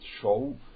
show